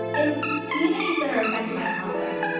in communities that are affected by conflict,